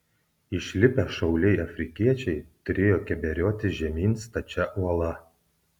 išlipę šauliai afrikiečiai turėjo keberiotis žemyn stačia uola